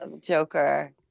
Joker